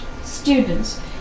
students